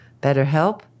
BetterHelp